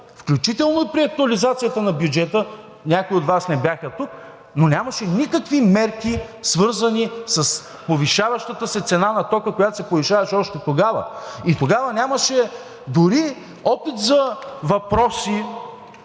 включително и при актуализацията на бюджета – някои от Вас не бяха тук, но нямаше никакви мерки, свързани с повишаващата се цена на тока, която се повишаваше още тогава. И тогава нямаше дори опит за въпроси